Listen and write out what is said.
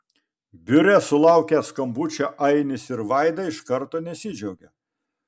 biure sulaukę skambučio ainis ir vaida iš karto nesidžiaugia